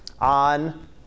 on